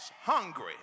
hungry